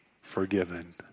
forgiven